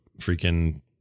freaking